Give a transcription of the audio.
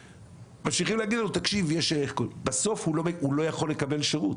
וממשיכים להגיד להם תקשיב יש- -- בסוף הוא לא יכול לקבל שירות,